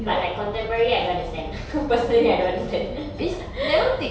but like contemporary I don't understand personally I don't understand